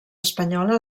espanyola